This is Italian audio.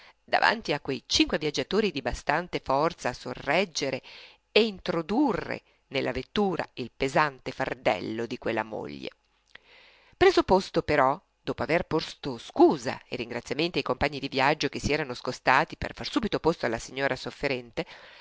davanti a quei cinque viaggiatori di bastante forza a sorreggere e introdurre nella vettura il pesante fardello di quella moglie preso posto però dopo aver porto scusa e ringraziamenti ai compagni di viaggio che si erano scostati per far subito posto alla signora sofferente